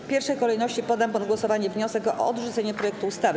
W pierwszej kolejności poddam pod głosowanie wniosek o odrzucenie projektu ustawy.